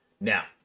Now